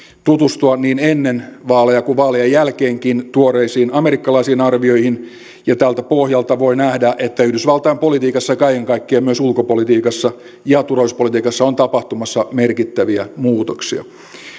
tutustua niin ennen vaaleja kuin vaalien jälkeenkin tuoreisiin amerikkalaisiin arvioihin ja tältä pohjalta voi nähdä että yhdysvaltain politiikassa kaiken kaikkiaan myös ulkopolitiikassa ja turvallisuuspolitiikassa on on tapahtumassa merkittäviä muutoksia